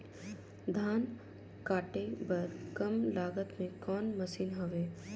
धान काटे बर कम लागत मे कौन मशीन हवय?